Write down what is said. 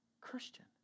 Christian